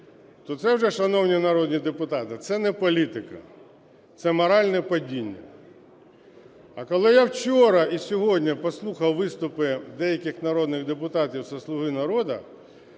то це вже, шановні народні депутати, це не політика, це моральне падіння. А коли я вчора і сьогодні послухав виступи деяких народних депутатів зі "Слуга народу",